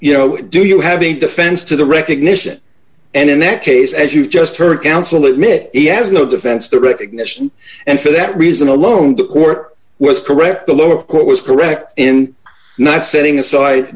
you know do you have a defense to the recognition and in that case as you just heard counsel admit he has no defense the recognition and for that reason alone the court was correct the lower court was correct in not setting aside